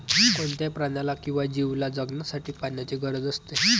कोणत्याही प्राण्याला किंवा जीवला जगण्यासाठी पाण्याची गरज असते